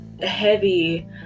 heavy